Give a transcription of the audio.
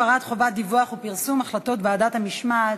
הפרת חובת דיווח ופרסום החלטות ועדת המשמעת),